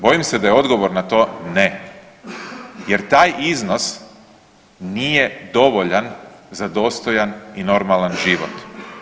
Bojim se da je odgovor na to ne jer taj iznos nije dovoljan za dostojan i normalan život.